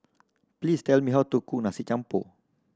please tell me how to cook Nasi Campur